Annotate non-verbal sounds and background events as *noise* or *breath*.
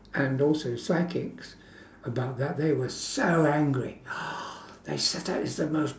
and also psychics about that they were so angry *breath* they said that is the most